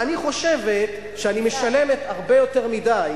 אני חושבת שאני משלמת הרבה יותר מדי,